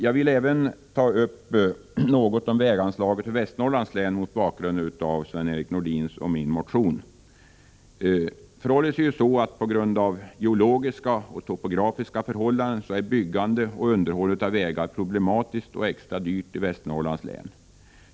Jag vill även ta upp något om väganslagen till Västernorrlands län mot bakgrund av Sven-Erik Nordins och min motion. På grund av de geologiska och topografiska förhållandena är byggande och underhåll av vägar problematiskt och extra dyrt i Västernorrlands län.